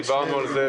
דיברנו על זה,